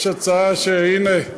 יש הצעה שהינה,